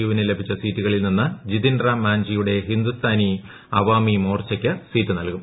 യുവിന് ലഭിച്ച സീറ്റുകളിൽ നിന്ന് ജിതിൻ റാം മാഞ്ചിയുടെ ഹിന്ദുസ്ഥാനി അവാമി മോർച്ചയ്ക്ക് സീറ്റ് നൽകും